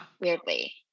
Weirdly